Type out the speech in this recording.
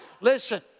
Listen